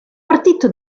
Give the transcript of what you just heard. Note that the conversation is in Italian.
partito